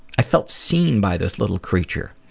i felt seen by this little creature.